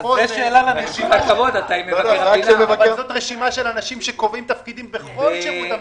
צריך לעשות רשימה של תפקידים בכל שירות המדינה.